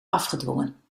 afgedwongen